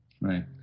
Right